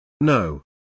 no